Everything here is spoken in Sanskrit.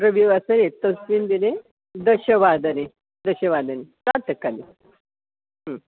रविवासरे तस्मिन् दिने दशवादने दशवादने प्रातःकाले